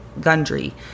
Gundry